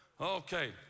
Okay